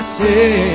say